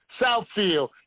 Southfield